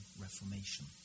reformation